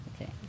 Okay